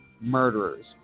murderers